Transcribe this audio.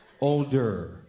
older